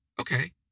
okay